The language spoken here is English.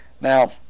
Now